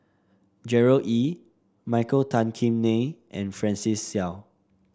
Gerard Ee Michael Tan Kim Nei and Francis Seow